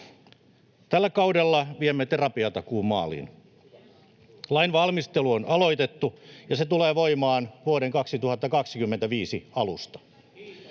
Tällä kaudella viemme terapiatakuun maaliin. Lainvalmistelu on aloitettu, ja se tulee voimaan vuoden 2025 alusta.